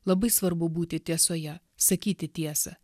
labai svarbu būti tiesoje sakyti tiesą